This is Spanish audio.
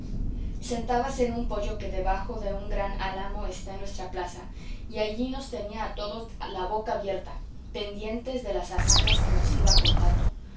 sentábase en un poyo que debajo de un gran álamo está en nuestra plaza y allí nos tenía a todos la boca abierta pendientes de las hazañas que nos iba contando